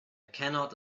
cannot